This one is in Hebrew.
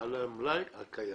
על המלאי הקיים.